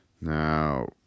Now